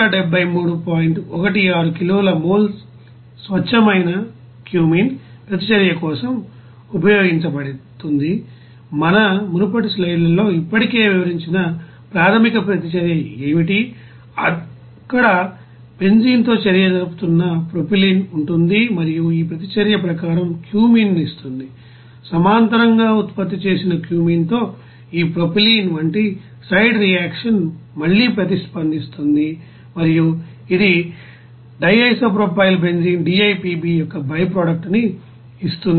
16 కిలోల మోల్ స్వచ్ఛమైన క్యూమీన్ ప్రతిచర్య కోసం ఉపయోగించబడుతుంది మన మునుపటి స్లైడ్లలో ఇప్పటికే వివరించిన ప్రాధమిక ప్రతిచర్య ఏమిటి అక్కడ బెంజీన్తో చర్య జరుపుతున్న ప్రొపైలిన్ ఉంటుంది మరియు ఈ ప్రతిచర్య ప్రకారం క్యూమీన్ ను ఇస్తుంది సమాంతరంగా ఉత్పత్తి చేసిన క్యూమీన్తో ఈ ప్రొపైలీన్ వంటి సైడ్ రియాక్షన్ మళ్లీ ప్రతిస్పందిస్తుంది మరియు ఇది DIPB యొక్క బైప్రొడక్టుని ఇస్తుంది